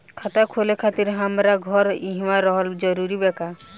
खाता खोले खातिर हमार घर इहवा रहल जरूरी बा का?